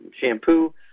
shampoo